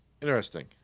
interesting